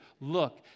look